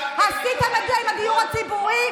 עשיתם את זה עם הדיור הציבורי.